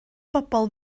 bobl